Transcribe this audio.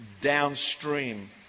downstream